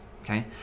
okay